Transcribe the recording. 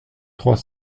trois